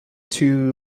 two